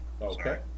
Okay